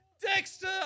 Dexter